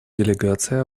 делегации